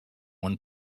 one